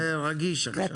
זה רגיש עכשיו.